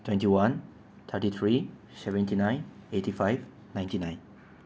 twenty one thirty three seventy nine eighty five ninety nine